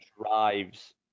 drives